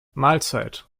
mahlzeit